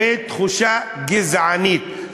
ויש תחושה שהיא גזענית.